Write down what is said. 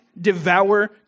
devour